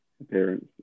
Appearance